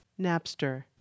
Napster